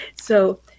So-